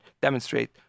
demonstrate